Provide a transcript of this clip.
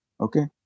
okay